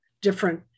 different